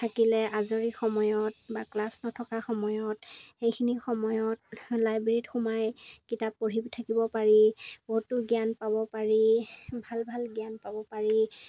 থাকিলে আজৰি সময়ত বা ক্লাছ নথকাৰ সময়ত সেইখিনি সময়ত লাইব্ৰেৰীত সোমাই কিতাপ পঢ়ি থাকিব পাৰি বহুতো জ্ঞান পাব পাৰি ভাল ভাল জ্ঞান পাব পাৰি